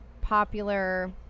popular